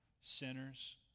sinners